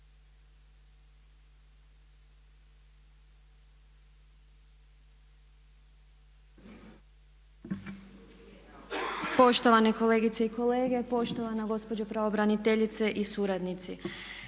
Poštovane kolegice i kolege, poštovana gospođo pravobraniteljice i suradnici.